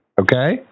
Okay